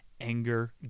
anger